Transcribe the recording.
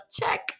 check